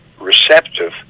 receptive